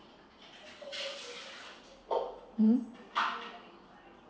mmhmm